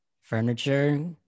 Furniture